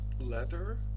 Leather